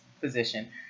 physician